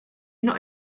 not